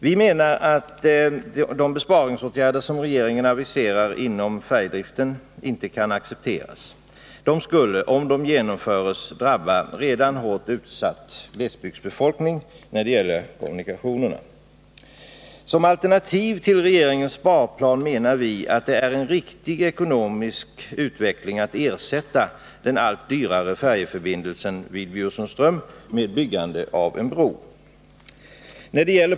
Vi menar att de besparingsåtgärder som regeringen aviserar inom färjedriften inte kan accepteras. De skulle, om de genomfördes, drabba en 131 redan hårt utsatt glesbygdsbefolkning när det gäller kommunikationerna. Som alternativ till regeringens sparplan menar vi att det är en riktig ekonomisk utveckling att ersätta den allt dyrare färjeförbindelsen vid Bjursundsström med en bro.